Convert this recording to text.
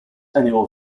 annual